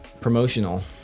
promotional